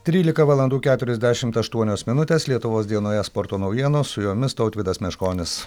trylika valandų keturiasdešimt aštuonios minutės lietuvos dienoje sporto naujienos su jomis tautvydas meškonis